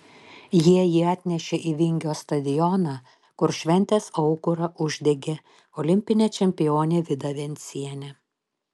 jie jį atnešė į vingio stadioną kur šventės aukurą uždegė olimpinė čempionė vida vencienė